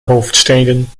hoofdsteden